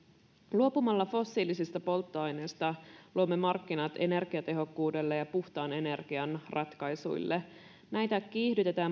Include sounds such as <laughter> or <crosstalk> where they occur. luopumalla fossiilisista polttoaineista luomme markkinat energiatehokkuudelle ja puhtaan energian ratkaisuille näitä kiihdytetään <unintelligible>